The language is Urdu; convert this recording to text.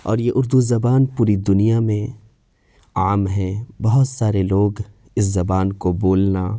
اور یہ اردو زبان پوری دنیا میں عام ہے بہت سارے لوگ اس زبان کو بولنا